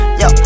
yo